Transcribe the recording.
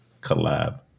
collab